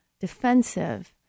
defensive